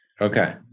Okay